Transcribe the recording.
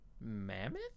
Mammoth